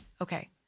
Okay